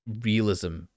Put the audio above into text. realism